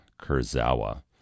Kurzawa